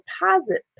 deposit